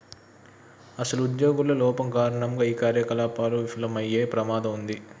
అసలు ఉద్యోగుల లోపం కారణంగా ఈ కార్యకలాపాలు విఫలమయ్యే ప్రమాదం ఉంది